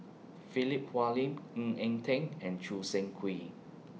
Philip Hoalim Ng Eng Teng and Choo Seng Quee